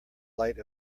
light